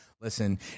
Listen